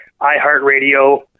iHeartRadio